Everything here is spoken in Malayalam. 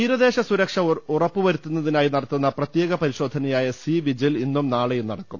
തീരദേശ സുരക്ഷ ഉറപ്പ് വരുത്തുന്നതിനായി നടത്തുന്ന പ്ര ത്യേക പരിശോധനയായ സീ വിജിൽ ഇന്നും നാളെയും നടക്കും